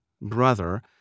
brother